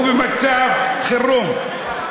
הוא במצב חירום.